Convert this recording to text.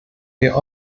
wir